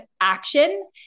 action